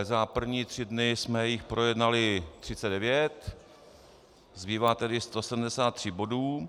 Za první tři dny jsme jich projednali 39, zbývá tedy 173 bodů.